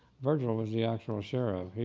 virgil was the actual sheriff. it